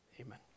Amen